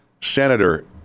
Senator